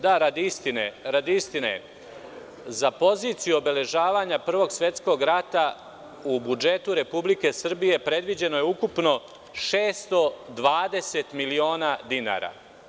Da, radi istine, za poziciju obeležavanja Prvog svetskog rata u budžetu Republike Srbije predviđeno je ukupno 620 miliona dinara.